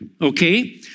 okay